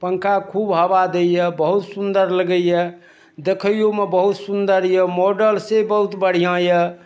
पङ्खा खूब हवा दैए बहुत सुन्दर लगैए देखैओमे बहुत सुन्दर यए मॉडल से बहुत बढ़िआँ यए